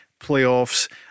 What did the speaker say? playoffs